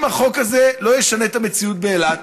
אם החוק הזה לא ישנה את המציאות באילת,